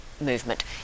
movement